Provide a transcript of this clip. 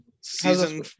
season